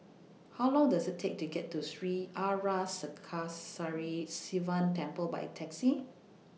How Long Does IT Take to get to Sri Arasakesari Sivan Temple By Taxi